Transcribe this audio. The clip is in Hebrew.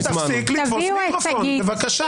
יואב, תפסיק לתפוס מיקרופון.